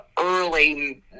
early